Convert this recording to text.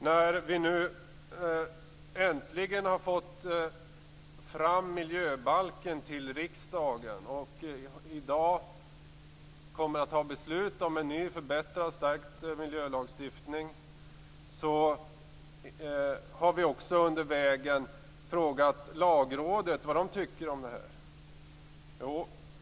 När vi nu äntligen har fått fram miljöbalken till riksdagen och i dag kommer att fatta beslut om en ny förbättrad och stärkt miljölagstiftning, har vi också under vägen frågat vad Lagrådet tycker om detta.